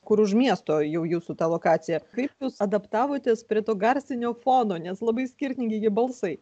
kur už miesto jau jūsų ta lokacija kaip jūs adaptavotės prie to garsinio fono nes labai skirtingi gi balsai